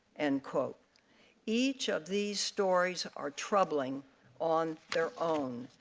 and each of these stories are troubling on their own.